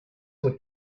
would